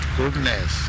goodness